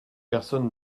personne